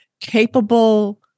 capable